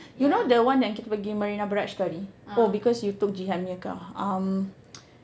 you know the one yang kita pergi Marina Barrage itu hari oh because you took Jihan punya car um